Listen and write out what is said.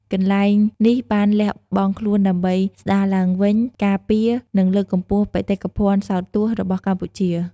កន្លែងនេះបានលះបង់ខ្លួនដើម្បី ស្ដារឡើងវិញ ការពារ និងលើកកម្ពស់បេតិកភណ្ឌសោតទស្សន៍ របស់កម្ពុជា។